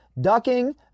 ducking